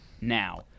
now